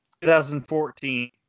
2014